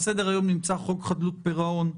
על סדר-היום נמצא חוק חדלות פירעון,